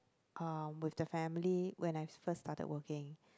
uh with the family when I first started working